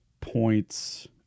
points